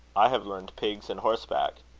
i have learned pigs and horseback.